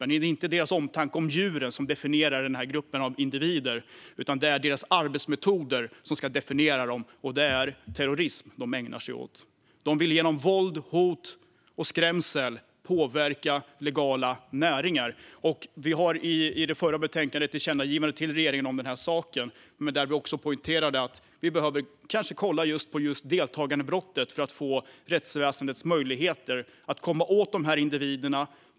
Det är inte omtanken om djuren som definierar denna grupp av individer utan arbetsmetoderna, och det är terrorism som dessa individer ägnar sig åt. De vill genom våld, hot och skrämsel påverka legala näringar. Vi har i det förra betänkandet ett tillkännagivande till regeringen om detta, där vi också poängterar att vi kanske behöver kolla just på deltagandebrottet för att rättsväsendet ska få möjlighet att komma åt dessa individer.